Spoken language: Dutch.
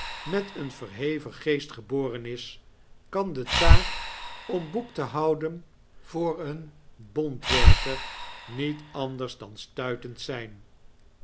met een verheven geest geboren is kan de taak om boek te houvoor een bontwerker niet anders dan stuitend zyn